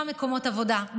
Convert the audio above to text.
גם מקומות עבודה,